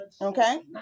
Okay